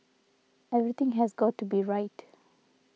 everything has got to be right